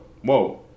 Whoa